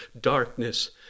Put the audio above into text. darkness